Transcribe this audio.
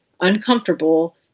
uncomfortable